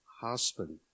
husband